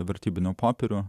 vertybinių popierių